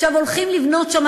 עכשיו, הולכים לבנות שם,